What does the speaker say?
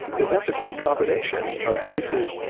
that's a good combination of this is,